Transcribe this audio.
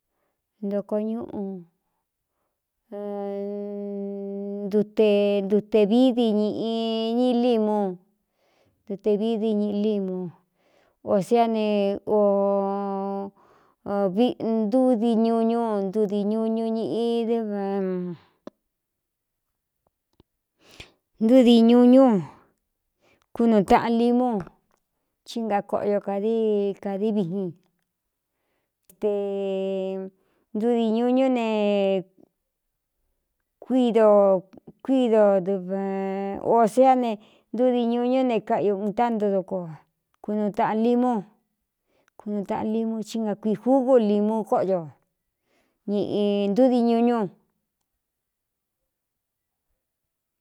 Ntoko ñuꞌu ente ví di ñꞌñ límú ntute vií di ñiꞌi límu ō éá ne diñuñundi ñuññꞌdnd ñuñúkunuaꞌan limú chínga koꞌoo kādi kādií viin te ndudi ñu ñú ne kuído kuídodvō séa ne ntudi ñuñú ne kaꞌiu utánto dokoo a kunu taꞌan limú kunu taꞌan limu chí ngakuii júgu limu kóꞌoyo ñꞌndi ñuñú.